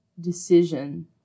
decision